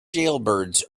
jailbirds